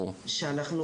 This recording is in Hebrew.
שאנחנו